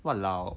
!walao!